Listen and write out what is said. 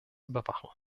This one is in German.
überwachen